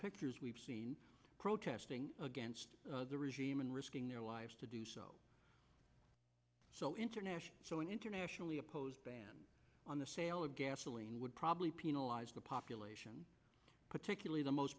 pictures we've seen protesting against the regime and risking their lives to do so so internationally so an internationally opposed ban on the sale of gasoline would probably penalize the population particularly the most